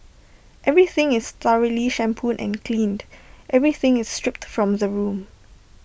everything is thoroughly shampooed and cleaned everything is stripped from the room